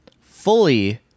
fully